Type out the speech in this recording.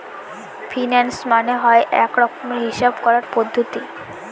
finance মানে হয় এক রকমের হিসাব করার পদ্ধতি